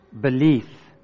belief